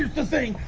the thing.